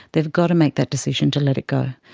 they've got to make that decision to let it go,